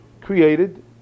created